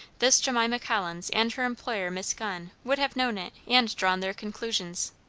this jemima collins and her employer, miss gunn, would have known it and drawn their conclusions.